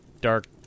dark